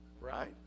right